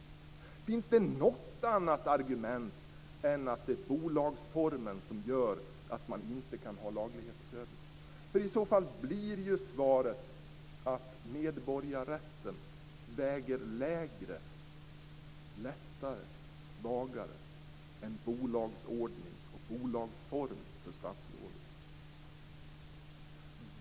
Finns det något annat argument än att det är bolagsformen som gör att man inte kan ha en laglighetsprövning? I så fall blir ju svaret att medborgarrätten väger lättare och är svagare än bolagsordning och bolagsform för statsrådet.